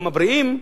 גם הבריאים,